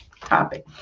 topic